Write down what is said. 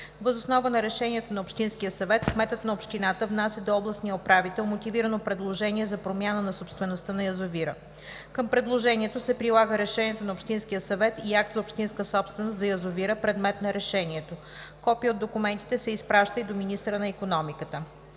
Въз основа на решението на общинския съвет кметът на общината внася до областния управител мотивирано предложение за промяна на собствеността на язовира. Към предложението се прилага решението на общинския съвет и акт за общинска собственост за язовира, предмет на решението. Копие от документите се изпраща и до министъра на икономиката.